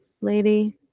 lady